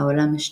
העולם השנייה.